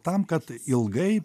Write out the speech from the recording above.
tam kad ilgai